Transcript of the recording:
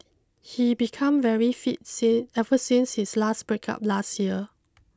he become very fit ever since his last breakup last year